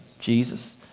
Jesus